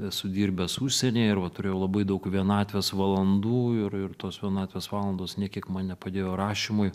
esu dirbęs užsienyje ir va turėjau labai daug vienatvės valandų ir ir tos vienatvės valandos nė kiek man nepadėjo rašymui